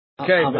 Okay